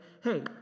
hey